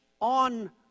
on